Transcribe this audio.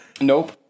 Nope